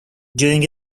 during